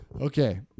Okay